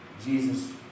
Jesus